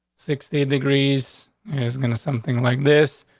sixty degrees is going to something like this,